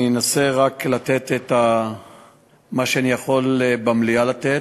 אני אנסה לתת רק את מה שאני יכול לתת במליאה,